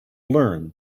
learn